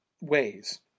ways